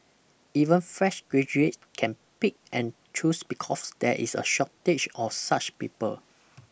even fresh graduates can pick and choose because there is a shortage of such people